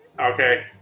Okay